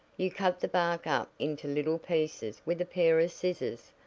you cut the bark up into little pieces with a pair of scissors,